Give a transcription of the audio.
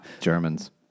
Germans